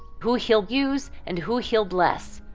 who he'll use and who he'll bless.